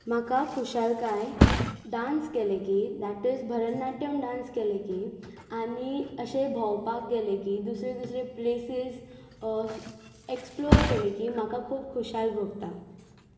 म्हाका खुशालकाय डान्स केलें की दॅट इज भरतनाट्यम डान्स केलें की आनी अशें भोंवपाक गेलें की दुसरे दुसरे प्लेसीस एक्सप्लोर केलें की म्हाका खूब खुशाल भोगता